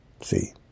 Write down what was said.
See